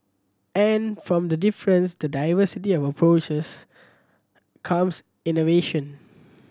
and from the difference the diversity of approaches comes innovation